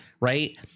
right